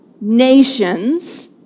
nations